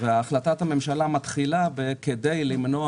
והחלטת הממשלה מתחילה במילים: כדי למנוע